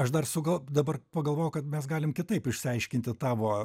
aš dar sugal dabar pagalvojau kad mes galim kitaip išsiaiškinti tavo